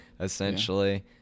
essentially